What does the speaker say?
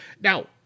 Now